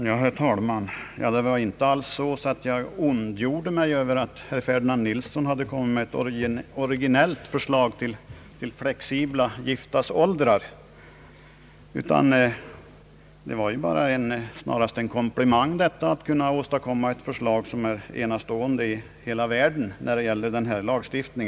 Herr talman! Det var inte så att jag ondgjorde mig över att herr Ferdinand Nilsson hade kommit med ett rationellt förslag till flexibla giftasåldrar, utan jag gav snarast en komplimang till att han kunnat åstadkomma ett förslag som är enastående i hela världen när det gäller denna lagstiftning.